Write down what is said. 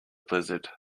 blizzard